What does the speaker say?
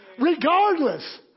Regardless